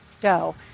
dough